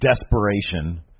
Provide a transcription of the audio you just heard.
desperation